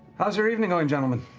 how's your evening going gentlemen?